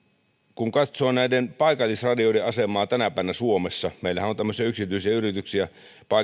kun katsoo näiden paikallisradioiden asemaa tänä päivänä suomessa meillähän on tämmöisiä yksityisiä yrityksiä